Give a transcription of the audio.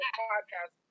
podcast